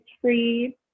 free